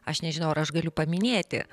aš nežinau ar aš galiu paminėti